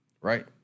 Right